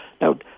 Now